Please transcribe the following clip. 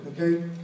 okay